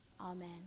Amen